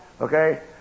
Okay